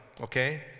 okay